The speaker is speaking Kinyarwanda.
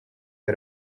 iyo